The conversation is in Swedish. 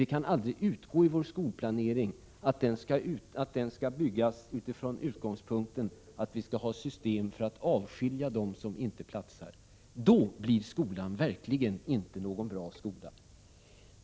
Vi kan aldrig utgå ifrån att skolplaneringen skall byggas med utgångspunkten att vi skall ha system för att avskilja de elever som inte platsar. Då blir skolan verkligen inte någon bra skola.